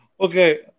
Okay